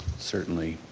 certainly.